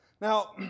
Now